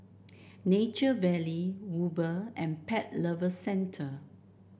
Nature Valley Uber and Pet Lovers Centre